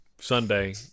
Sunday